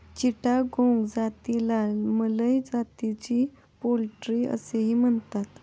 चिटागोंग जातीला मलय जातीची पोल्ट्री असेही म्हणतात